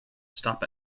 stop